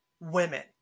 women